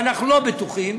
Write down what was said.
ואנחנו לא בטוחים,